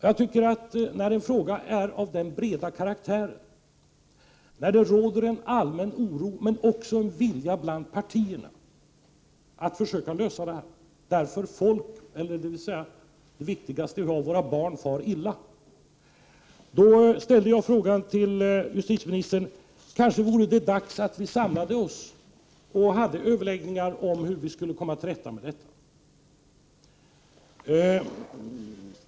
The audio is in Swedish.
Eftersom detta problem har sådan vidd och eftersom det råder en allmän oro men också finns en vilja bland partierna att försöka lösa problemet med att våra barn far illa, ställde jag till justitieministern frågan: Vore det inte dags att vi samlade oss och hade överläggningar om hur vi skall kunna komma till rätta med problemen?